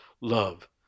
love